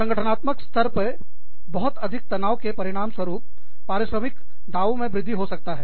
संगठनात्मक स्तर पर बहुत अधिक तनावके परिणामस्वरूप पारिश्रमिक दावों में वृद्धि हो सकता है